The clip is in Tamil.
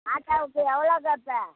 ஆட்டோவுக்கு எவ்வளோ கேட்ப